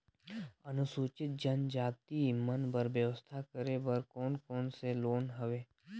अनुसूचित जनजाति मन बर व्यवसाय करे बर कौन कौन से लोन हवे?